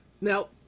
now